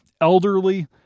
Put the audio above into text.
elderly